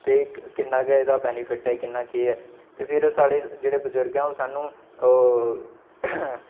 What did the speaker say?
ते किन्ना गै एहदा बैनीफिट ऐ किन्ना केह् ऐ ते फिर साढ़े जेह्ड़े बजुर्ग ऐ ओह् सानूं